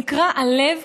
נקרע הלב,